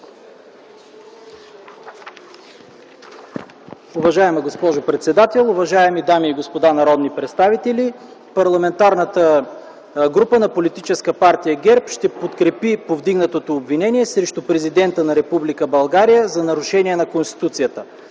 Уважаема госпожо председател, уважаеми дами и господа народни представители! Парламентарната група на Политическа партия ГЕРБ ще подкрепи повдигнатото обвинение срещу президента на Република България за нарушение на Конституцията.